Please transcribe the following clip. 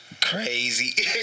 Crazy